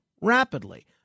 rapidly